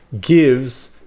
gives